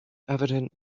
evident